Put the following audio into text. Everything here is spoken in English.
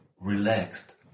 relaxed